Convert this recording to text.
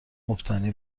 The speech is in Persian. مبتنی